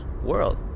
world